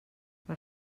per